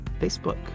facebook